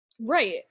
Right